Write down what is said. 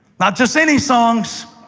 not just any songs,